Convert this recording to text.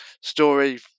story